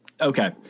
Okay